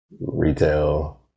retail